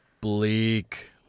bleak